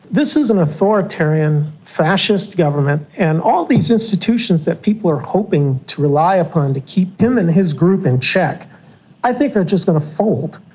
this is an authoritarian fascist government, and all these institutions that people are hoping to rely upon to keep him and his group in check i think are just going to fold.